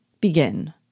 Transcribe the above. Begin